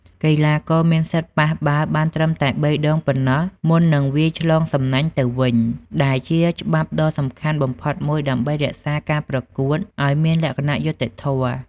កីឡាករមានសិទ្ធិប៉ះបាល់បានត្រឹមតែបីដងប៉ុណ្ណោះមុននឹងវាយឆ្លងសំណាញ់ទៅវិញ ដែលជាច្បាប់ដ៏សំខាន់បំផុតមួយដើម្បីរក្សាការប្រកួតឲ្យមានលក្ខណៈយុត្តិធម៌។